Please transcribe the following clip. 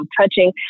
touching